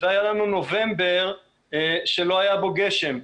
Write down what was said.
והיה לנו נובמבר שלא היה בו גשם.